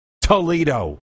Toledo